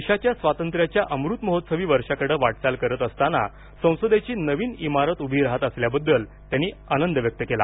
देशाच्या स्वातंत्र्याच्या अमृतमहोत्सवी वर्षाकडं वाटचाल करत असताना संसदेची नवीन इमारत उभी राहत असल्याबद्दल त्यांनी आनंद व्यक्त केला